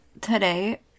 today